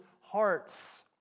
hearts